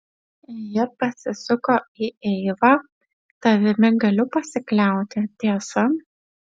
ji pasisuko į eivą tavimi galiu pasikliauti tiesa